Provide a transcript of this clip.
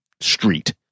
street